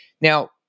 Now